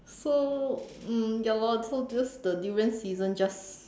so um ya lor so the durian season just